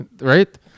right